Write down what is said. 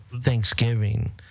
Thanksgiving